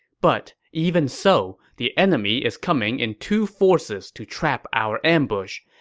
but even so, the enemy is coming in two forces to trap our ambush.